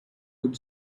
could